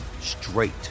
straight